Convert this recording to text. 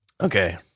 Okay